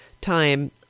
time